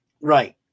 Right